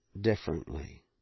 differently